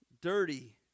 dirty